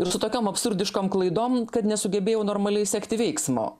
ir su tokiom absurdiškom klaidom kad nesugebėjau normaliai sekti veiksmo